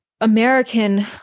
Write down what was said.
American